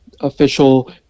official